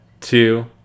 two